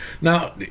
Now